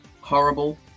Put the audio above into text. Horrible